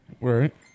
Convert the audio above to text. Right